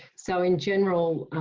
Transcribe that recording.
so in general,